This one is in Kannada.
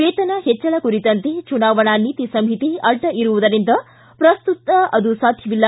ವೇತನ ಹೆಚ್ಚಳ ಕುರಿತಂತೆ ಚುನಾವಣೆ ನೀತಿ ಸಂಹಿತೆ ಅಡ್ಡ ಇರುವುದರಿಂದ ಪ್ರಸ್ತುತ ಅದು ಸಾಧ್ಯವಿಲ್ಲ